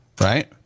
Right